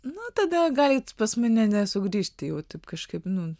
na tada galit pas mane nesugrįžt jau tipo kažkaip nu